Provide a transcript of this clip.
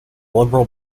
liberal